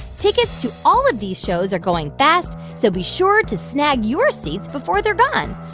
tickets to all of these shows are going fast. so be sure to snag your seats before they're gone.